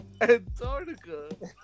Antarctica